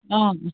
অঁ